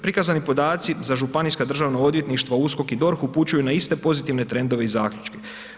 Prikazani podaci za županijska državna odvjetništva, USKOK i DORH upućuje na iste pozitivne trendove i zaključke.